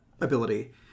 ability